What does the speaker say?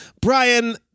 Brian